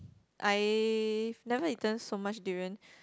I never eaten so much durians